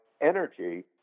energy